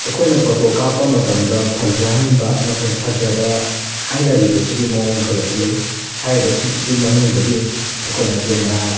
ꯑꯩꯈꯣꯏꯅ ꯐꯣꯇꯣ ꯀꯥꯞꯄ ꯃꯇꯝꯗ ꯐꯖꯍꯟꯕ ꯑꯃꯁꯨꯡ ꯐꯖꯕ ꯍꯥꯏꯅꯔꯤꯕꯁꯤꯒꯤ ꯃꯑꯣꯡ ꯈꯔꯗꯤ ꯂꯩ ꯍꯥꯏꯔꯤꯕꯁꯤꯗꯒꯤ ꯃꯅꯨꯡꯗꯒꯤ ꯑꯩꯈꯣꯏꯅ ꯀꯦꯃꯦꯔꯥ